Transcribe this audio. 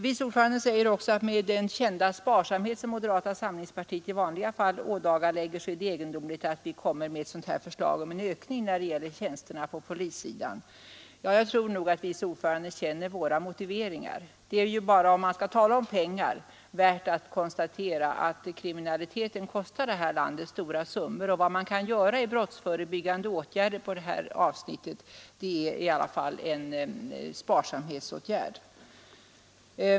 Vice ordföranden säger också att med tanke på den kända sparsamhet som moderata samlingspartiet i vanliga fall ådagalägger är det egendomligt att vi kommer med ett sådant här förslag om ökning när det gäller tjänsterna på polissidan. Jag tror faktiskt att vice ordföranden känner våra motiveringar. Det är ju, om man skall tala om pengar, värt att konstatera att kriminaliteten kostar det här landet stora summor, och vad man kan göra i form av brottsförebyggande åtgärder är i alla fall en sparsamhetsåtgärd.